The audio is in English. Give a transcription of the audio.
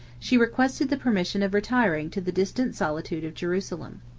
she requested the permission of retiring to the distant solitude of jerusalem.